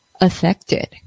affected